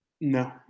No